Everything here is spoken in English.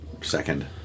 second